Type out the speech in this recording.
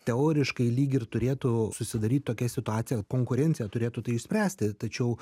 teoriškai lyg ir turėtų susidaryt tokia situacija konkurencija turėtų tai išspręsti tačiau